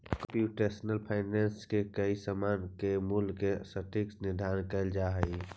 computational finance से कोई समान के मूल्य के सटीक निर्धारण कैल जा हई